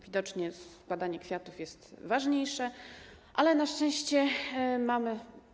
Widocznie składanie kwiatów jest ważniejsze, ale na szczęście mamy.